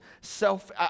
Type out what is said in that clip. self